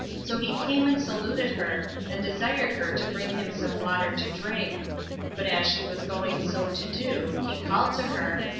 so he came and saluted her, and desired her to bring him some water to drink but as she was going so to do, he called to her,